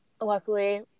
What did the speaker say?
luckily